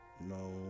No